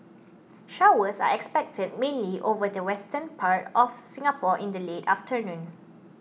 showers are expected mainly over the western part of Singapore in the late afternoon